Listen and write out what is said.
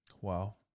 Wow